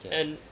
okay